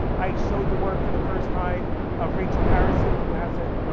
i showed the work, for the first time, of rachel harrison who has a ah